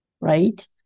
right